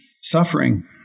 suffering